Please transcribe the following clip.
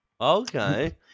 Okay